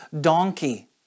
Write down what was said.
donkey